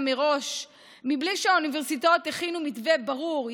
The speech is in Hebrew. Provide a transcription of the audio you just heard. מראש בלי שהאוניברסיטאות הכינו מתווה ברור,